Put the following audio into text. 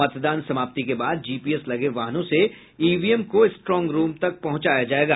मतदान समाप्ति के बाद जीपीएस लगे वाहनों से ईवीएम को स्ट्रांग रूम तक पहुंचाया जायेगा